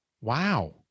Wow